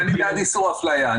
אני בעד איסור אפליה.